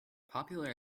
popular